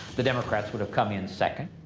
the democrats would have come in second.